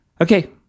Okay